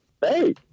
Hey